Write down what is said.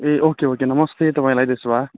ए okay okay नमस्ते तपाईँलाई त्यसो भए